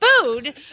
food